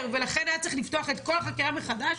ולכן היה צריך לפתוח את כל החקירה מחדש,